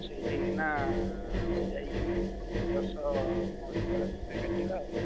ସେଇଠିକିନା ଆମେ ଯାଇକି ଏ ବର୍ଷ ମହାଶିବରାତ୍ରିଟା କାଟିବା ଆଉ